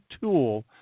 tool